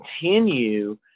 continue